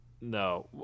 no